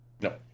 no